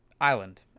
island